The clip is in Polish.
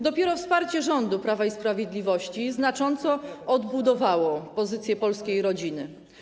Dopiero wsparcie rządu Prawa i Sprawiedliwości znacząco odbudowało pozycję polskiej rodziny.